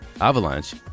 Avalanche